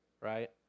right